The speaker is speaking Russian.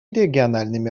региональными